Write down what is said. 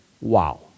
wow